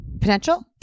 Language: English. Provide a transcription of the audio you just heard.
potential